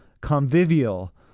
convivial